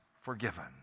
forgiven